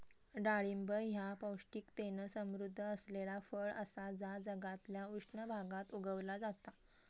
डाळिंब ह्या पौष्टिकतेन समृध्द असलेला फळ असा जा जगातल्या उष्ण भागात उगवला जाता